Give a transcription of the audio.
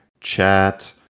chat